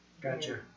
Gotcha